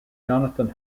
jonathan